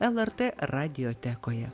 lrt radiotekoje